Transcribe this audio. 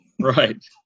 Right